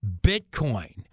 Bitcoin